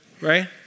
right